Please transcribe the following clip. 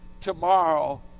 tomorrow